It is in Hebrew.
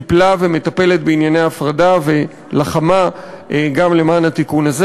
טיפלה ומטפלת בענייני הפרדה ולחמה גם למען התיקון הזה.